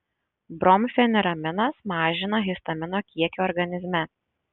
bromfeniraminas mažina histamino kiekį organizme